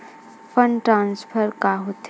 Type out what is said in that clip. Fund transfer का होथे?